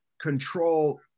control